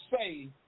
say